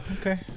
okay